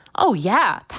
oh, yeah.